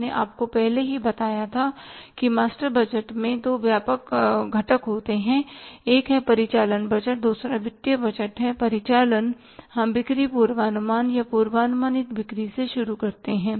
मैंने आपको पहले ही बताया था कि मास्टर बजट में दो व्यापक घटक होते हैं एक है परिचालन बजट दूसरा वित्तीय बजट है परिचालन हम बिक्री पूर्वानुमान या पूर्वानुमानित बिक्री से शुरू करते हैं